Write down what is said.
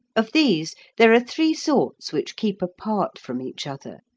of these, there are three sorts which keep apart from each other,